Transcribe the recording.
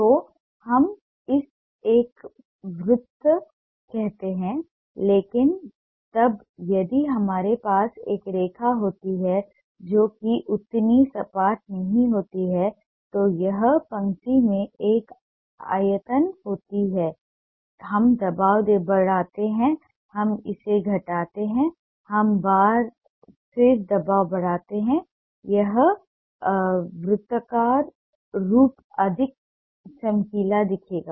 तो हम इसे एक वृत्त कहते हैं लेकिन तब यदि हमारे पास एक रेखा होती है जो कि उतनी सपाट नहीं होती है तो यह पंक्ति में एक आयतन होती है हम दबाव बढ़ाते हैं हम इसे घटाते हैं एक बार फिर दबाव बढ़ाते हैं यह वृत्ताकार रूप अधिक चमकीला दिखेगा